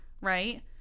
Right